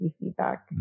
feedback